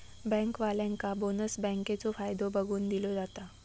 बँकेवाल्यांका बोनस बँकेचो फायदो बघून दिलो जाता